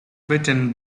written